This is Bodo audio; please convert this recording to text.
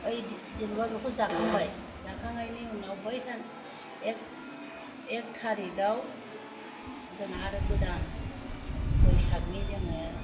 ओयदिन जेन'बा बेखौ जाखांबाय जाखांनायनि उनाव बै सान एख थारिखाव जोंहा आरो गोदान बैसागनि जोङो